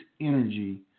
energy